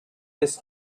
this